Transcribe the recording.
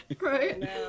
Right